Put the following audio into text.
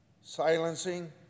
silencing